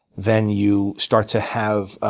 then you start to have ah